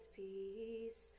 peace